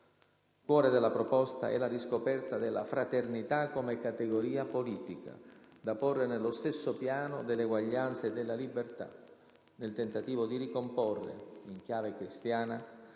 Cuore della proposta è la riscoperta della fraternità come categoria politica, da porre sullo stesso piano dell'eguaglianza e della libertà, nel tentativo di ricomporre, in chiave cristiana,